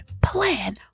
plan